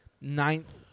ninth